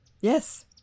Yes